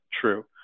true